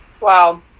Wow